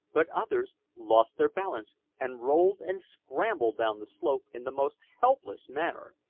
but others lost their balance and rolled and scrambled down the slope in the most helpless manner.